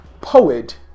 poet